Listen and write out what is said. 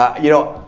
you know,